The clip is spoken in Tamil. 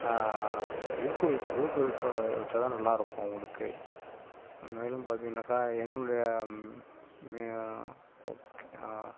ஊக்குவிக்கு ஊக்குவிப்பை வைச்சாதான் நல்லாயிருக்கும் அவர்களுக்கு மேலும் பார்த்தீங்கனாக்கா என்னுடைய